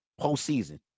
postseason